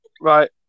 Right